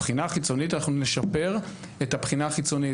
אנחנו נשפר את הבחינה החיצונית,